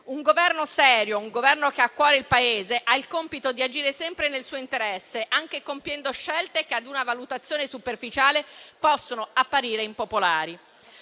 Un Governo serio, che ha a cuore il Paese, ha il compito di agire sempre nel suo interesse, anche compiendo scelte che, a una valutazione superficiale, possono apparire impopolari.